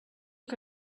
que